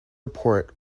report